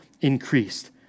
increased